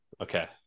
Okay